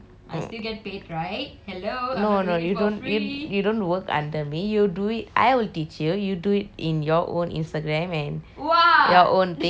no no you don't you don't work under me you you do it I will teach you you do it in your own instagram and your own thing and then you earn your own